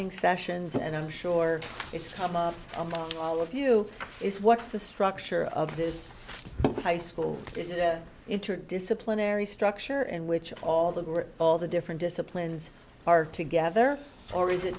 sessions and i'm sure it's common among all of you is what's the structure of this high school is it an interdisciplinary structure and which all the all the different disciplines are together or is it